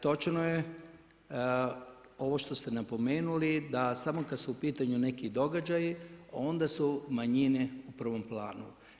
Točno je ovo što ste napomenuli da samo kad su u pitanju neki događaji onda su manjine u prvom planu.